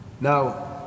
Now